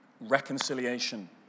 reconciliation